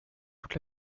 toute